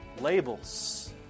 Labels